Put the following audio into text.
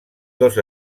dos